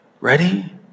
Ready